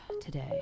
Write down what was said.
today